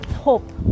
hope